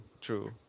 true